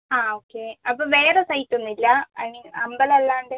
ആ ഓക്കെ അപ്പം വേറെ സൈറ്റൊന്നും ഇല്ല ഐ മീൻ അമ്പലമല്ലാണ്ട്